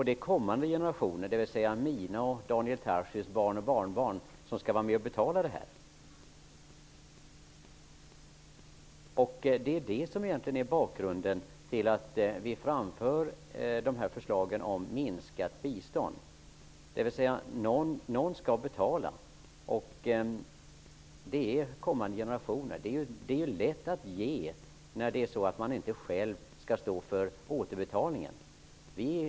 Det är kommande generationer, dvs. mina och Daniel Tarschys barn och barnbarn som skall vara med och betala detta. Det är vad som egentligen är bakgrunden till att vi framför förslagen om minskat bistånd. Någon skall betala och det får kommande generationer göra. Det är lätt att ge när man inte själv skall stå för återbetalningen.